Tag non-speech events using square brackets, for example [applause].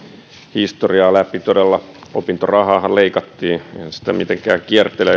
historiaa läpi todella opintorahaahan leikattiin en sitä mitenkään kiertele [unintelligible]